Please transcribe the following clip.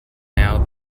now